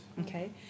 Okay